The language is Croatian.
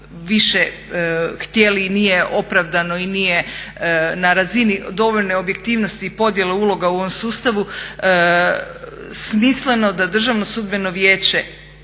više htjeli i nije opravdano i nije na razini dovoljne objektivnosti i podjele uloga u ovom sustavu smisleno da Državno sudbeno vijeće